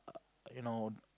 you know